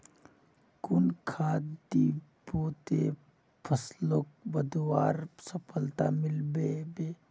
कुन खाद दिबो ते फसलोक बढ़वार सफलता मिलबे बे?